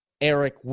Eric